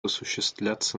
осуществляться